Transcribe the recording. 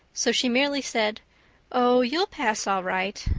so she merely said oh, you'll pass all right.